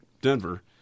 Denver